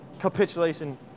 capitulation